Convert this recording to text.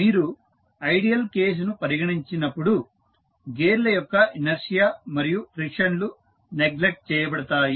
మీరు ఐడియల్ కేసును పరిగణించినప్పుడు గేర్ల యొక్క ఇనర్షియా మరియు ఫ్రిక్షన్ లు నెగ్లెక్ట్ చేయబడతాయి